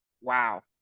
Wow